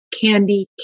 Candy